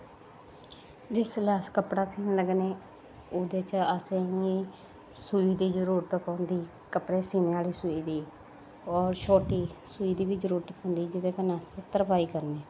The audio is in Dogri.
जिसले अस कपड़ा सीन लग्गने ओह्दे च असेंगी सुई दी जरुरत पोंदी कपड़े सीने आह्ली सुई दी होर छोटी सुई दी बी जरुरत पोंदी जेह्दे कन्नै अस तरपाई करने